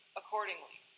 accordingly